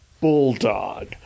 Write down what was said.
bulldog